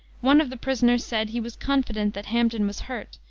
one of the prisoners said he was confident that hampden was hurt,